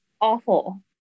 awful